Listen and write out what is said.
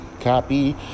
Copy